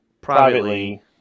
privately